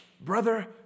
Brother